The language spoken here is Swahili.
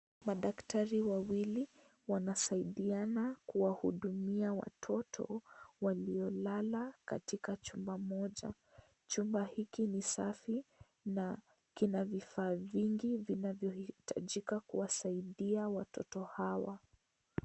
Madaktari wawili, wanasaidiana kuwahudumia watoto waliolala katika chumba moja. Chumba hiki ni safi na kina vifaa vingi vinavyohitajika kuwasaidia watoto hawa.